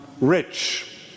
rich